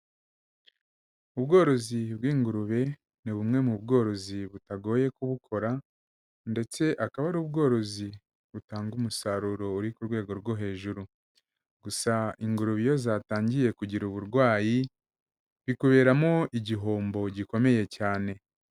Ubworozi bw'ingurube ni bumwe mu bworozi butagoye kubukora ndetse akaba ari ubworozi butanga umusaruro uri ku rwego rwo hejuru, gusa ingurube iyo zatangiye kugira uburwayi bikuberamo igihombo gikomeye cyane.